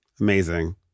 amazing